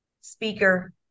speaker